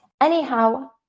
anyhow